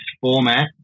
format